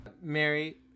Mary